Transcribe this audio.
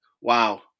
Wow